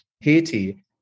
Haiti